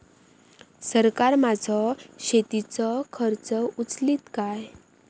सरकार माझो शेतीचो खर्च उचलीत काय?